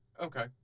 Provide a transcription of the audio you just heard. Okay